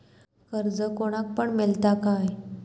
कर्ज कोणाक पण मेलता काय?